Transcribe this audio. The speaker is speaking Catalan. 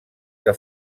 que